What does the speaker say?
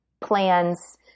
plans